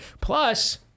plus